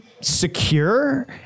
secure